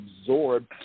absorbed